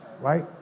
Right